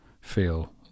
feel